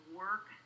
work